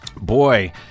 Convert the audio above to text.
Boy